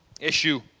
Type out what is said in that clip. issue